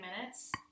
minutes